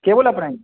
के बोलत रही